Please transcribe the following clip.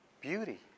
Beauty